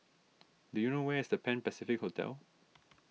do you know where is the Pan Pacific Hotel